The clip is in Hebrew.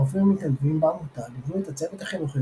הרופאים המתנדבים בעמותה ליוו את הצוות החינוכי